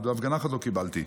הפגנה אחת לא קיבלתי.